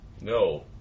No